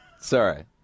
Sorry